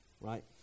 right